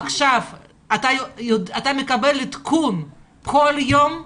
עכשיו אתה מקבל כל יום עדכון?